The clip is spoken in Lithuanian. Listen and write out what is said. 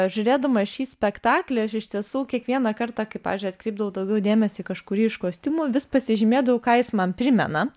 žiūrėdama šį spektaklį aš iš tiesų kiekvieną kartą kai pavyzdžiui atkreipdavau daugiau dėmesio į kažkurį iš kostiumų vis pasižymėdavau ką jis man primena